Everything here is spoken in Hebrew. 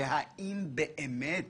והאם באמת